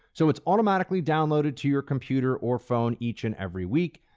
so it's automatically downloaded to your computer or phone each and every week.